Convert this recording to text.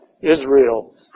Israel